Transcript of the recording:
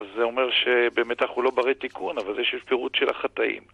זה אומר שבאמת אנחנו לא ברי תיקון, אבל יש פירוט של החטאים.